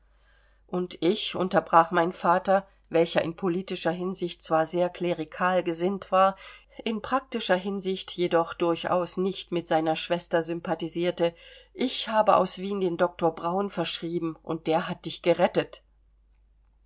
und ich unterbrach mein vater welcher in politischer hinsicht zwar sehr klerikal gesinnt war in praktischer hinsicht jedoch durchaus nicht mit seiner schwester sympathisierte ich habe aus wien den doktor braun verschrieben und der hat dich gerettet